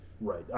Right